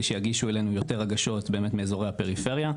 שיגישו אלינו יותר הגשות באמת מאזורי הפריפריה.